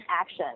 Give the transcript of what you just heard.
action